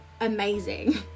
amazing